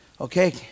Okay